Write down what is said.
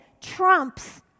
trumps